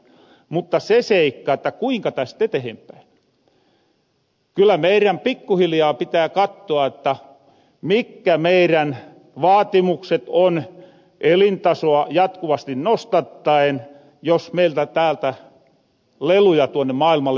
mutta se seikka kuinka tästä etehenpäin kyllä meirän pikkuhiljaa pitää kattoa että mikkä meirän vaatimukset on elintasoa jatkuvasti nostattaen jos meiltä täältä leluja tuonne maailmalle vierähän